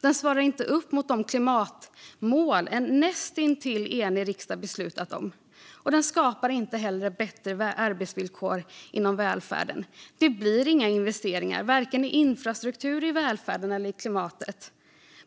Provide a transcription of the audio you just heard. Den svarar inte upp mot de klimatmål en nästintill enig riksdag beslutat om, och den skapar inte heller bättre arbetsvillkor inom välfärden. Det blir inga investeringar i vare sig infrastruktur, välfärd eller klimat.